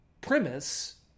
premise